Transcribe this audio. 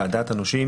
ועדת הנושים,